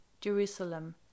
Jerusalem